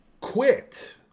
quit